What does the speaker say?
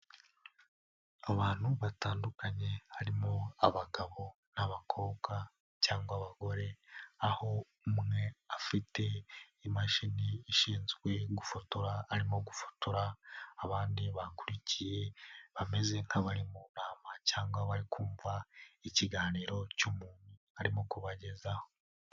Abantu batandukanye harimo abagabo n'abakobwa cyangwa abagore aho umwe afite imashini ishinzwe gufotora arimo gufotora abandi bamukurikiye bameze nk'abari mu nama cyangwa bari kumva ikiganiro cy'umuntu arimo kubagezaho.